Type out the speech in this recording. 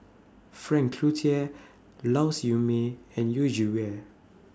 Frank Cloutier Lau Siew Mei and Yu Zhuye